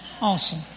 Awesome